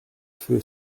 feu